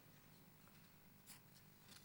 חמש